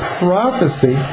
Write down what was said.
prophecy